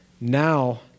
now